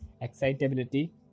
excitability